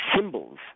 symbols